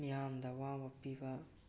ꯃꯤꯌꯥꯝꯗ ꯑꯋꯥꯕ ꯄꯤꯕ